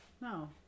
No